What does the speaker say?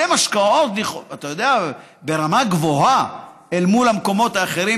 אלה משקאות לכאורה ברמה גבוהה אל מול המקומות האחרים,